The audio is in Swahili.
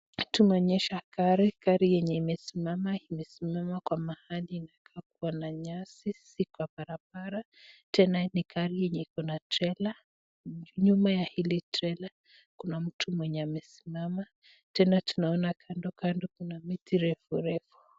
Tumeonyeshwa gari, gari yenye imesimama, imesimama mahali kunakaa kuna nyasi si kwa barabara. Tena hii gari iko na trela. Nyuma ya hii trela kuna mtu mwenye amesimama, tena tunaoana kando kuna miti refu refu.